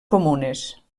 comunes